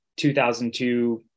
2002